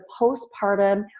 postpartum